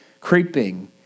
creeping